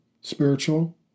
spiritual